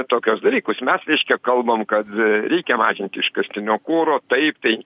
tokius dalykus mes reiškia kalbam kad reikia mažinti iškastinio kuro taip tai